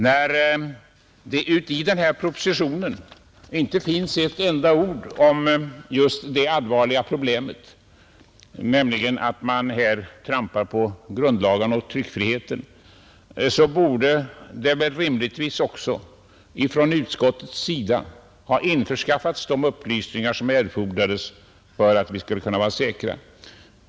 När det i denna proposition inte finns ett enda ord om just det allvarliga problemet att man här trampar på grundlagarna och tryckfriheten, borde väl rimligtvis också utskottet ha införskaffat de upplysningar som erfordrades för att vi skulle kunna vara säkra.